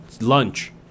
lunch